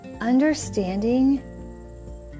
understanding